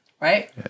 right